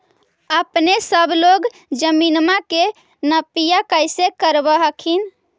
अपने सब लोग जमीनमा के नपीया कैसे करब हखिन?